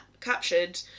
captured